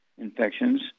infections